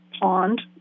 pond